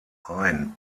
ein